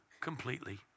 completely